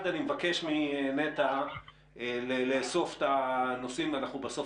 מבקש מנת"ע לאסוף את הנושאים שמועלים כאן ובסוף